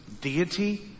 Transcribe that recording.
deity